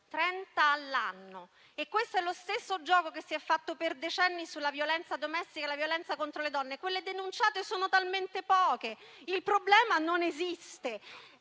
30 all'anno, con lo stesso gioco che si è fatto per decenni sulla violenza domestica e sulla violenza contro le donne: "quelle denunciate sono talmente poche. Il problema non esiste".